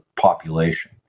population